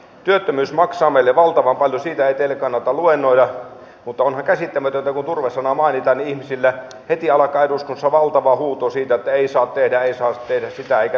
työttömyys maksaa meille valtavan paljon siitä ei teille kannata luennoida mutta onhan käsittämätöntä että kun turve sana mainitaan niin ihmisillä heti alkaa eduskunnassa valtava huuto siitä että ei saa tehdä ei saa tehdä sitä eikä tätä